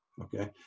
Okay